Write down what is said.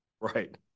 Right